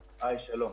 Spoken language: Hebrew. שלום.